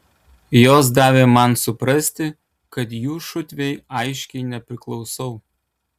jos davė man suprasti kad jų šutvei aiškiai nepriklausau